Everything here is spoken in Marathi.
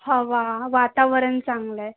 हवा वातावरण चांगलं आहे